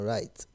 Right